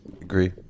Agree